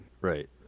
Right